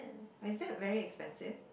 but is that very expensive